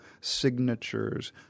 signatures